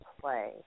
play